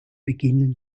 beginnen